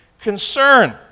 concern